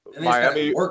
Miami